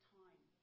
time